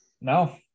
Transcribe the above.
No